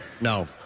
No